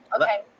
okay